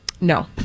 no